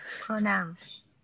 Pronouns